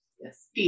Yes